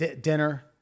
dinner